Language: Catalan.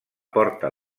porta